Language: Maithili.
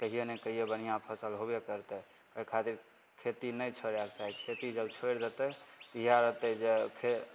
कहियो ने कहियो बढ़िआँ फसल होबे करतइ अइ खातिर खेती नहि छोड़यके चाही खेती जब छोड़ि देतय तऽ इएह रहतइ जे फेर